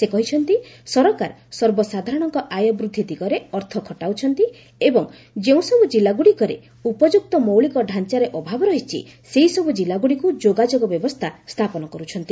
ସେ କହିଛନ୍ତି ସରକାର ସର୍ବସାଧାରଣଙ୍କ ଆୟ ବୃଦ୍ଧି ଦିଗରେ ଅର୍ଥ ଖଟାଉଛନ୍ତି ଓ ଯେଉଁସବୁ ଜିଲ୍ଲାଗୁଡ଼ିକରେ ଉପଯୁକ୍ତ ମୌଳିକ ଡ଼ାଆରେ ଅଭାବ ରହିଛି ସେହିସବୁ ଜିଲ୍ଲାଗୁଡ଼ିକୁ ଯୋଗାଯୋଗ ବ୍ୟବସ୍ଥା ସ୍ଥାପନ କରୁଛନ୍ତି